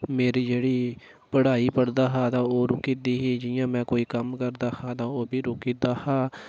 मेरी जेह्ड़ी पढ़ाई पढ़दा हा तां ओह् रुकी दी ही जि'यां मैं कोई कम्म करदा हा तां ओह् बी रोकी ओड़दा हा